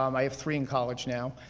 um i have three in college now.